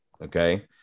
okay